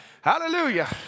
hallelujah